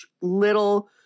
little